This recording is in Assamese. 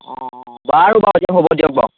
অঁ অঁ বাৰু হ'ব দিয়ক হ'ব দিয়ক বাৰু